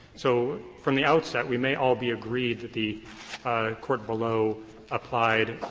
so from the outset, we may all be agreed that the court below applied